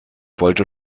wollte